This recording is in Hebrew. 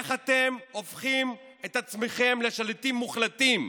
איך אתם הופכים את עצמכם לשליטים מוחלטים,